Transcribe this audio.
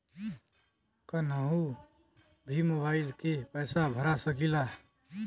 कन्हू भी मोबाइल के पैसा भरा सकीला?